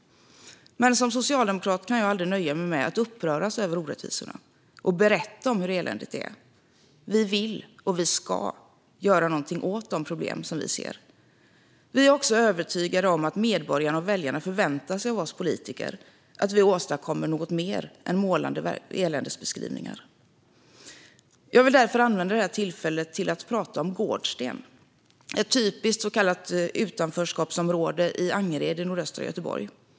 Men som socialdemokrat kan jag aldrig nöja mig med att uppröras över orättvisorna och berätta om hur eländigt det är. Vi vill, och vi ska, göra någonting åt de problem som vi ser. Vi är också övertygade om att medborgarna och väljarna förväntar sig av oss politiker att vi åstadkommer något mer än målande eländesbeskrivningar. Jag vill därför använda det här tillfället till att prata om Gårdsten, ett typiskt så kallat utanförskapsområde i Angered i nordöstra Göteborg.